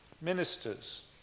ministers